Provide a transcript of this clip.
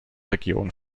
regionen